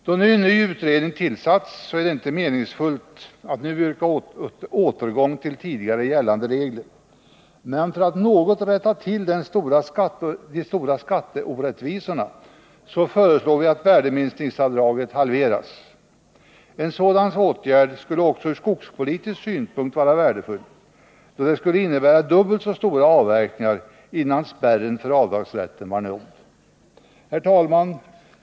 Då en ny utredning tillsatts är det inte meningsfullt att yrka på en återgång till tidigare gällande regler, men för att något rätta till de stora skatteorättvisorna föreslår vi att värdeminskningsavdraget halveras. En sådan åtgärd skulle också ur skogspolitisk synpunkt vara värdefull, då den skulle innebära att dubbelt så stora avverkningar kunde göras innan spärren för avdragsrätten var nådd. Herr talman!